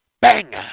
bang